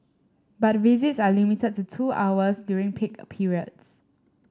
but visits are limited to two hours during peak periods